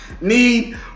need